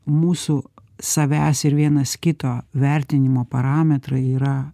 mūsų savęs ir vienas kito vertinimo parametrai yra